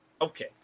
Okay